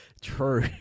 True